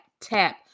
tap